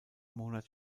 monat